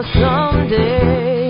someday